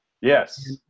Yes